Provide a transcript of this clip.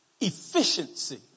efficiency